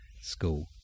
School